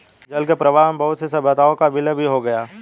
जल के प्रवाह में बहुत सी सभ्यताओं का विलय भी हो गया